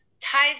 ties